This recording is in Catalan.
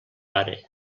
pare